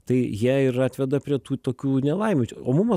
tai jie ir atveda prie tų tokių nelaimių o mum